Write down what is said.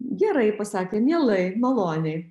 gerai pasakė mielai maloniai